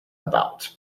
about